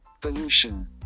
pollution